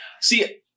see